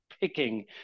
picking